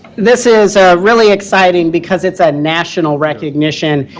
this is really exciting because it's a national recognition,